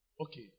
Okay